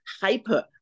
Hyper